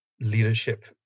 leadership